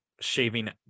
shaving